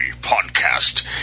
podcast